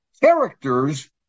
characters